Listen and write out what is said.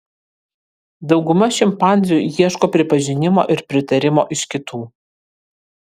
dauguma šimpanzių ieško pripažinimo ir pritarimo iš kitų